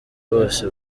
bose